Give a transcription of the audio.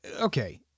Okay